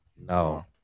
No